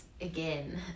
Again